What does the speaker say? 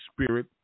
Spirit